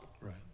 Right